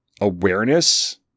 Awareness